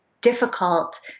difficult